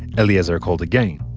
eliezer called again,